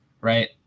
right